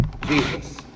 Jesus